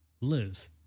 Live